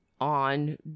on